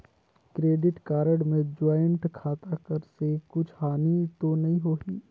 Credit card मे joint खाता कर से कुछ हानि तो नइ होही?